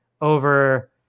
over